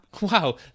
Wow